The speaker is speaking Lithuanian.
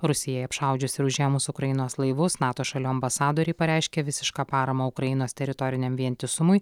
rusijai apšaudžius ir užėmus ukrainos laivus nato šalių ambasadoriai pareiškė visišką paramą ukrainos teritoriniam vientisumui